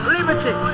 Liberty